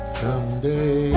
someday